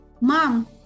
Mom